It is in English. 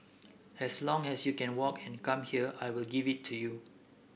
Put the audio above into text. as long as you can walk and come here I will give it to you